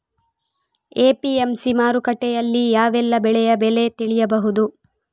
APMC ಮಾರುಕಟ್ಟೆಯಲ್ಲಿ ಯಾವೆಲ್ಲಾ ಬೆಳೆಯ ಬೆಲೆ ತಿಳಿಬಹುದು?